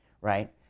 right